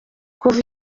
kuva